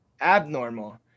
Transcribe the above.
abnormal